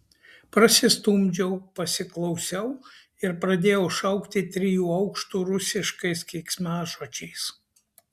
prasistumdžiau pasiklausiau ir pradėjau šaukti trijų aukštų rusiškais keiksmažodžiais